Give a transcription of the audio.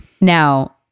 Now